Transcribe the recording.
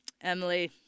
Emily